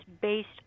based